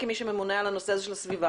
כמי שממונה על הנושא הזה של הסביבה,